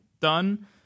done